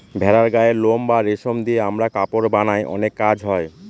ভেড়ার গায়ের লোম বা রেশম দিয়ে আমরা কাপড় বানায় অনেক কাজ হয়